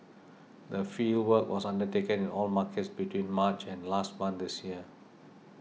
the fieldwork was undertaken in all markets between March and last month this year